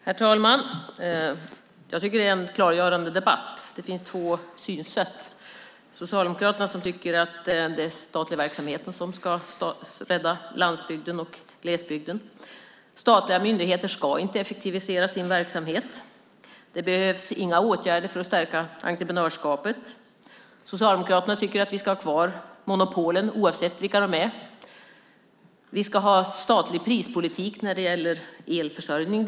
Herr talman! Jag tycker att det är en klargörande debatt. Det finns två synsätt. Socialdemokraterna tycker att statlig verksamhet ska rädda lands och glesbygden. Statliga myndigheter ska inte effektivisera sin verksamhet. Det behövs inga åtgärder för att stärka entreprenörskapet. Socialdemokraterna tycker att vi ska ha kvar monopolen, oavsett vilka de är. Vi ska ha statlig prispolitik när det gäller elförsörjning.